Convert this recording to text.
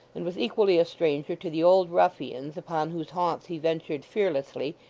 and was equally a stranger to the old ruffians, upon whose haunts he ventured fearlessly,